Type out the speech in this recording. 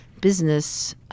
business